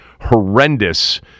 horrendous